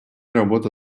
работа